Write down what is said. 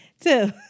two